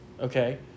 Okay